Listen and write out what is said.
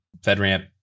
FedRAMP